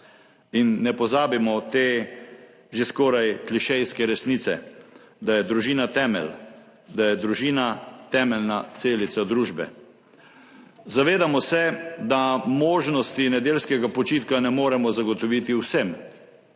In ne pozabimo te že skoraj klišejske resnice, da je družina temelj, da je družina temeljna celica družbe. Zavedamo se, da možnosti nedeljskega počitka ne moremo zagotoviti vsem.